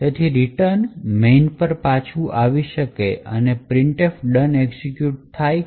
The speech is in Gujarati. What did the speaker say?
તેથી રીટર્ન main પર પાછુ આવી શકે છે અને printf done એઝિક્યૂટ થાય છે